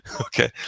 Okay